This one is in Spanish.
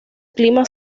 clima